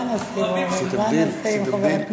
מה נעשה עם אורן,